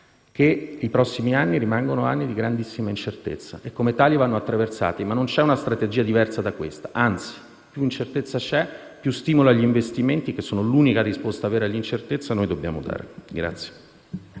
che i prossimi anni rimangono di grandissima incertezza e, come tali, vanno attraversati. Ma non c'è una strategia diversa da questa; anzi, più incertezza c'è, maggiore è lo stimolo agli investimenti, che sono l'unica risposta vera all'incertezza che noi dobbiamo dare.